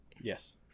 Yes